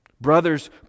Brothers